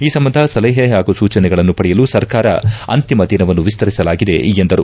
ಈ ಸಂಬಂಧ ಸಲಹೆ ಹಾಗೂ ಸೂಚನೆಗಳನ್ನು ಪಡೆಯಲು ಸರ್ಕಾರ ಅಂತಿಮ ದಿನವನ್ನು ವಿಸ್ತರಿಸಲಾಗಿದೆ ಎಂದರು